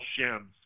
shims